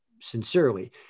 sincerely